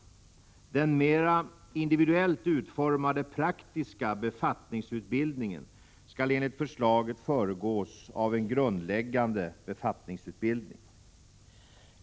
Den mera individuellt utformade praktiska befattningsutbildningen skall enligt förslaget föregås av en grundläggande befattningsutbildning.